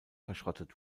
verschrottet